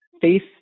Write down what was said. faith